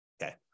Okay